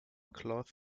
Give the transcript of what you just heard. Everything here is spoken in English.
cloth